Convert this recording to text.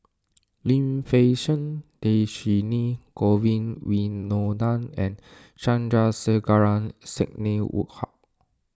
Lim Fei Shen Dhershini Govin Winodan and Sandrasegaran Sidney Woodhull